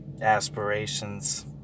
aspirations